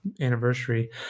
anniversary